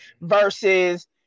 Versus